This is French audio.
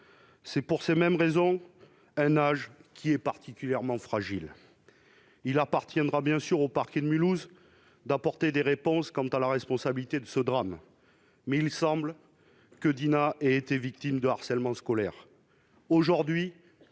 où, pour ces raisons mêmes, l'on est particulièrement fragile. Il appartient au parquet de Mulhouse d'apporter des réponses quant à la responsabilité de ce drame, mais il semble que Dinah ait été victime de harcèlement scolaire.